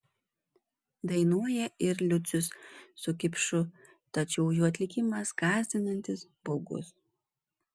dainuoja ir liucius su kipšu tačiau jų atlikimas gąsdinantis baugus